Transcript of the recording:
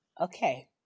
okay